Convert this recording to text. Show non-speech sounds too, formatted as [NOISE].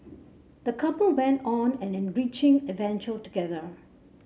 the couple went on an enriching [UNINTELLIGIBLE] together